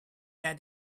that